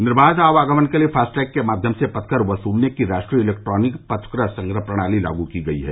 निर्वाध आवागमन के लिए फास्टैग के माध्यम से पथकर वसूलने की राष्ट्रीय इलेक्ट्रॉनिक पथकर संग्रह प्रणाली लागू की गई है